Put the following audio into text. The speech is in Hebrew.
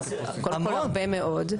קודם כל הרבה מאוד.